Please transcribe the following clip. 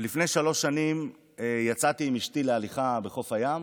ולפני שלוש שנים יצאתי עם אשתי להליכה בחוף הים,